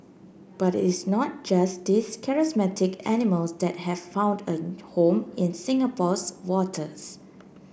but it's not just these charismatic animals that have found a home in Singapore's waters